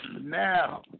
now